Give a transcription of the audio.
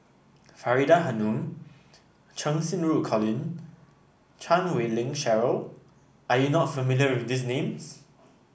Faridah Hanum Cheng Xinru Colin Chan Wei Ling Cheryl Are you not familiar with these names